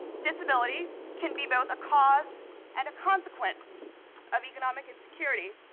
disability can be both a cause and a consequence of economic insecurity.